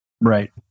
Right